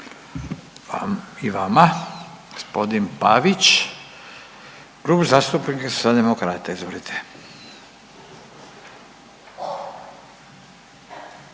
I vama. Gospodin Pavić, Klub zastupnika Socijaldemokrata. Izvolite.